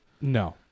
no